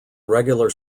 regular